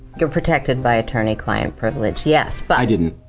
you're protected by attorney-client privilege, yes. but i didn't.